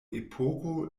epoko